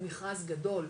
הוא מכרז גדול,